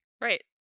Right